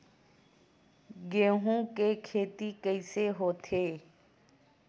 गेहूं के खेती कइसे होथे?